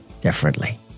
differently